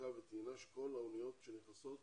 פריקה וטעינה של כל האוניות שנכנסות